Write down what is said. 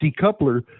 decoupler